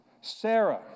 Sarah